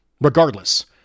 Regardless